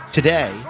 today